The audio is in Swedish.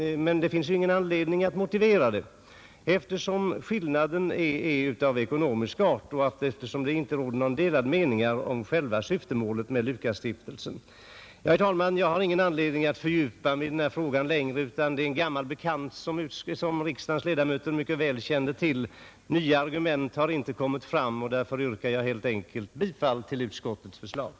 Men det finns ingen anledning att motivera utskottets förslag, eftersom skillnaden är av ekonomisk art och det inte råder delade meningar om själva syftemålet med Lukasstiftelsen. Herr talman! Jag har ingen anledning att fördjupa mig i den här frågan längre, eftersom den är en gammal bekant som riksdagens ledamöter mycket väl känner till. Nya argument har inte kommit fram, och därför yrkar jag helt enkelt bifall till utskottets hemställan.